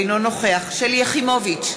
אינו נוכח שלי יחימוביץ,